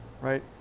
right